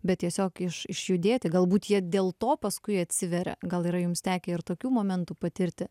bet tiesiog iš išjudėti galbūt jie dėl to paskui atsiveria gal yra jums tekę ir tokių momentų patirti